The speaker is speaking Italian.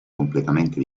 completamente